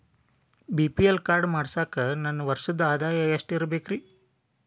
BPL card ಮಾಡ್ಸಾಕ ನನ್ನ ವರ್ಷದ್ ಆದಾಯ ಎಷ್ಟ ಇರಬೇಕ್ರಿ?